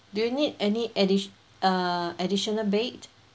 do you need any addit~ uh additional bed